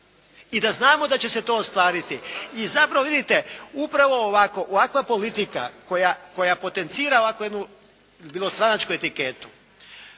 I da znamo da će se to ostvariti. I zapravo vidite upravo ovako, ovakva politika koja potencira ovako jednu bilo stranačku etiketu,